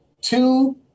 two